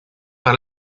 par